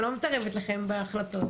אני לא מתערבת לכם בהחלטות,